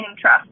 trust